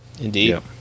Indeed